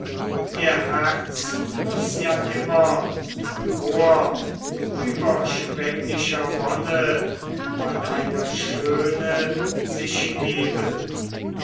ihr herz muß ja immer von hoher überschwenglicher wonne bei deiner schöne sich heben